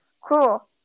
cool